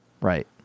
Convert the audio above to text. Right